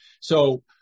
So-